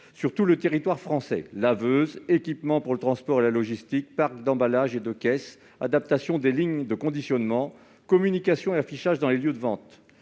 sur tout le territoire français : laveuses, équipements pour le transport et la logistique, parcs d'emballage et de caisse, adaptation des lignes de conditionnement, communication et affichage dans les lieux de vente.